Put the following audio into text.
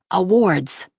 awards